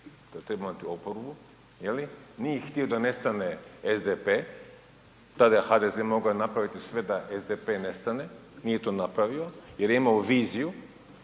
da treba imati i oporbu. Je li? Nije htio da nestane SDP, tada HDZ mogao je napraviti sve da SDP nestane. Nije to napravio jer je imao viziju